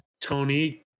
tony